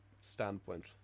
standpoint